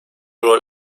rol